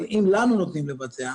אבל אם לנו נותנים לבצע,